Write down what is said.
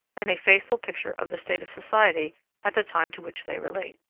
and a faithful picture of the state of society at the time to which they relate.